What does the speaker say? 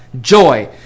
joy